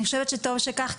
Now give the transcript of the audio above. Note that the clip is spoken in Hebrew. אני חושבת שטוב שכך,